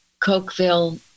Cokeville